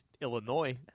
Illinois